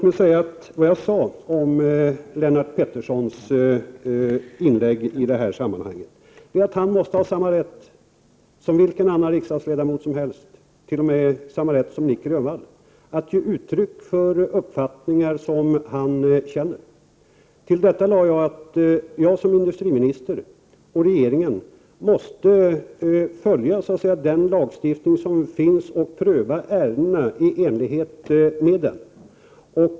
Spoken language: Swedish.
Jag sade dock om Lennart Petterssons inlägg i det här sammanhanget att denne måste ha samma rätt som vilken annan riksdagsledamot som helst, t.o.m. samma rätt som Nic Grönvall, att ge uttryck för uppfattningar som han har. Till detta lade jag att jag som industriminister och regeringen som helhet måste följa gällande lagstiftning och pröva ärendena i enlighet med denna.